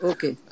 Okay